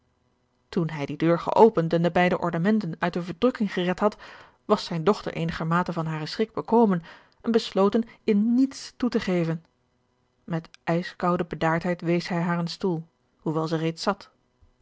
toen hij die deur geopend en de beide ornamenten uit de verdrukking gered had was zijne dochter eenigermate van haren schrik bekomen en besloten in niets toe te geven met ijskoude bedaardheid wees hij haar een stoel hoewel zij reeds zat